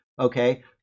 okay